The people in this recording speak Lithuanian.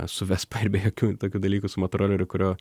su vespa ir be jokių tokių dalykų su motoroleriu kurio